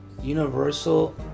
Universal